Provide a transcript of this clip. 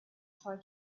try